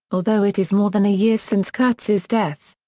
although it is more than a year since kurtz's death.